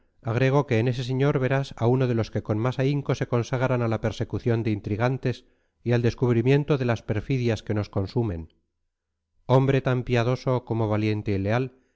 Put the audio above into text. agrego que en ese señor verás a uno de los que con más ahínco se consagran a la persecución de intrigantes y al descubrimiento de las perfidias que nos consumen hombre tan piadoso como valiente y leal